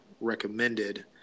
recommended